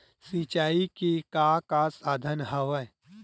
सिंचाई के का का साधन हवय?